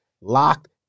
Locked